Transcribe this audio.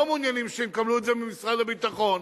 מעוניינים שיקבלו את זה ממשרד הביטחון,